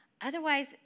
Otherwise